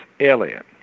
Alien